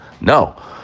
No